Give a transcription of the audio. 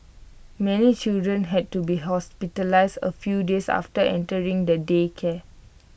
many children had to be hospitalised A few days after entering the daycare